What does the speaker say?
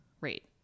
rate